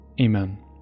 Amen